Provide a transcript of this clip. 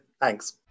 thanks